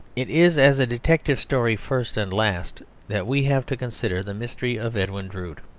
it is as a detective story first and last that we have to consider the mystery of edwin drood.